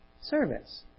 service